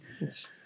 Yes